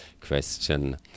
question